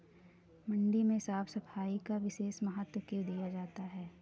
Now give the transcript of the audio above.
मंडी में साफ सफाई का विशेष महत्व क्यो दिया जाता है?